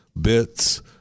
bits